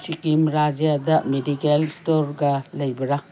ꯁꯤꯀꯤꯝ ꯔꯥꯏꯖ꯭ꯌꯥꯗ ꯃꯦꯗꯤꯀꯦꯜ ꯁ꯭ꯇꯣꯔꯒ ꯂꯩꯕ꯭ꯔꯥ